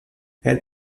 elle